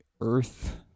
Earth